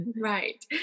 Right